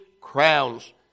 crowns